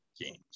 games